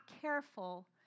careful